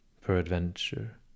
Peradventure